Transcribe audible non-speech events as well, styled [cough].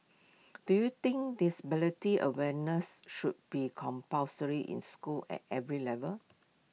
[noise] do you think disability awareness should be compulsory in schools at every level